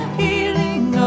healing